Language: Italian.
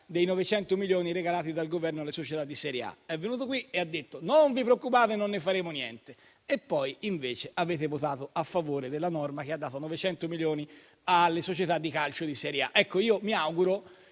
dei 900 milioni regalati dal Governo alle società di serie A. Il ministro Abodi è venuto qui e ha detto: non vi preoccupate, non ne faremo niente. Poi, invece, avete votato a favore della norma che ha dato 900 milioni alle società di calcio di serie A. Io mi auguro